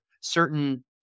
certain